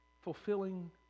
fulfilling